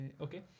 Okay